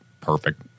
perfect